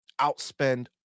outspend